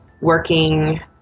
working